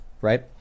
right